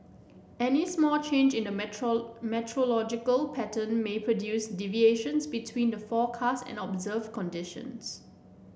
any small change in the meteor meteorological pattern may produce deviations between the forecast and observed conditions